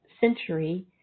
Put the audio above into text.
century